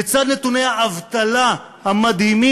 לצד נתוני האבטלה המדהימים,